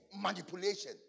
manipulation